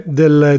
del